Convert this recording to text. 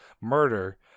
murder